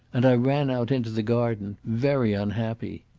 and i ran out into the garden, very unhappy.